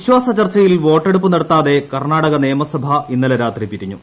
വിശ്വാസ ചർച്ചയിൽ വോട്ടെടുപ്പ് നടത്താതെ കർണാടക നിയമസഭ ഇന്നലെ രാത്രി പിരിഞ്ഞു